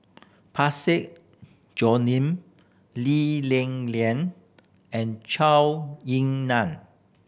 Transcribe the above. Parsick Lee Li Lian and Ying Nan